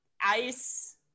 ice